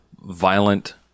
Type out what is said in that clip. violent